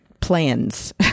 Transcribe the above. plans